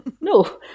no